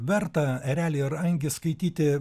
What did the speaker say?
verta erelį ir angį skaityti